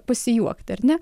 pasijuokti ar ne